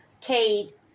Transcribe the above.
Kate